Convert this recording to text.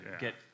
get